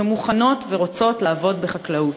שמוכנות ורוצות לעבוד בחקלאות.